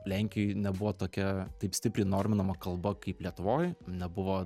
lenkijoj nebuvo tokia taip stipriai norminama kalba kaip lietuvoj nebuvo